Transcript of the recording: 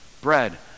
bread